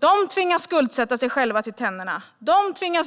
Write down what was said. De tvingas skuldsätta sig själva till tänderna,